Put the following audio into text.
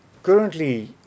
Currently